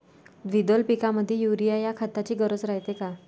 द्विदल पिकामंदी युरीया या खताची गरज रायते का?